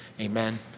Amen